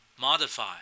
modify